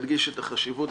אופיר סופר (הבית היהודי,